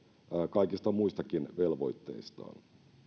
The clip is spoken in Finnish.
kaikista muistakin velvoitteistaan